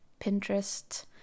pinterest